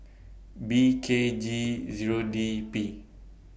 B K G Zero D P